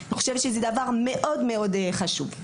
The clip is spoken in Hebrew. לדעתי זה דבר מאוד מאוד חשוב.